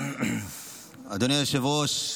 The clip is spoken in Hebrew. אדוני היושב-ראש,